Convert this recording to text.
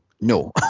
no